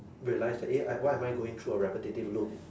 realise that eh I why am I going through a repetitive loop